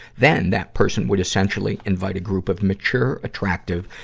then, that person would essentially invite a group of mature, attractive,